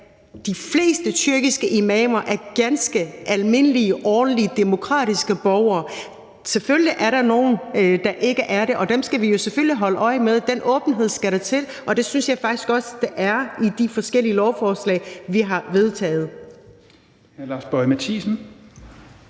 de fleste tyrkiske imamer er ganske almindelige ordentlige demokratiske borgere. Selvfølgelig er der nogle, der ikke er det, og dem skal vi jo selvfølgelig holde øje med. Den åbenhed skal der til, og det synes jeg faktisk også der er i de forskellige lovforslag, vi har vedtaget.